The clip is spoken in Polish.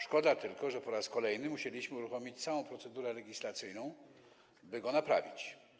Szkoda tylko, że po raz kolejny musieliśmy uruchomić całą procedurę legislacyjną, by go naprawić.